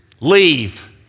Leave